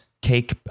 cake